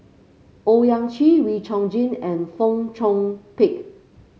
Owyang Chi Wee Chong Jin and Fong Chong Pik